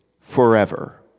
forever